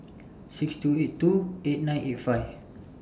six two eight two eight nine eight five